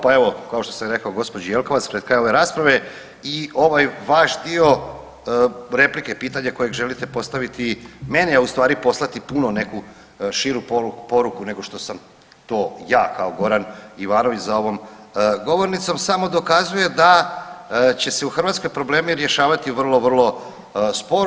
Pa evo kao što sam rekao gospođi Jelkovac pred kraj ove rasprave i ovaj vaš dio replike, pitanja kojeg želite postaviti meni, a u stvari poslati puno neku širu poruku nego što sam to ja kao Goran Ivanović za ovom govornicom samo dokazuje da će se u Hrvatskoj problemi rješavati vrlo, vrlo sporo.